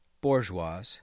bourgeois